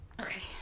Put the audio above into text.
Okay